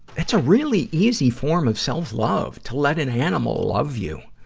it's a really easy form of self-love, to let an animal love you.